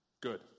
Good